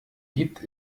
gibt